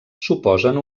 suposen